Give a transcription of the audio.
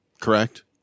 correct